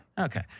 Okay